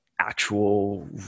actual